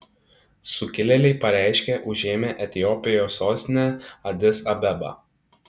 sukilėliai pareiškė užėmę etiopijos sostinę adis abebą